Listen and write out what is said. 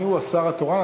מי הוא השר התורן?